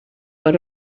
per